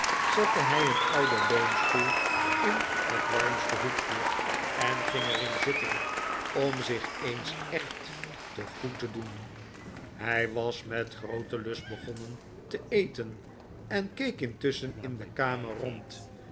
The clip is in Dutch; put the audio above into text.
zette hij een ouden leunstoel in het warmste hoekje en ging er in zitten om zich eens echt te goed te doen hij was met grooten lust begonnen te eten en keek intusschen in de kamer rond